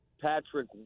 Patrick